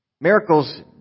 Miracles